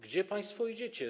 Gdzie państwo idziecie?